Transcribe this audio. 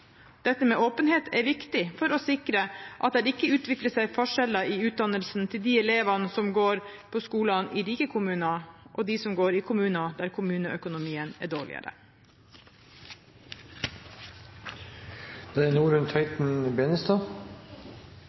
Dette med åpenhet er viktig for å sikre at det ikke utvikler seg forskjeller i utdannelsen mellom de elevene som går på skole i rike kommuner, og dem som går i kommuner der kommuneøkonomien er dårligere.